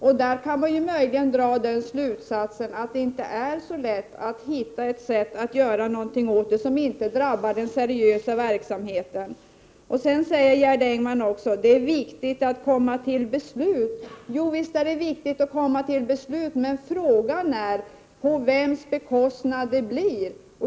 Av detta kan man möjligen dra den slutsatsen att det inte är så lätt att hitta ett sätt att göra någonting åt förhållandet som inte skulle drabba den seriösa verksamheten. Gerd Engman säger också att det är viktigt att komma till beslut. Visst är det viktigt, men frågan är på vems bekostnad det blir.